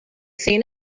seen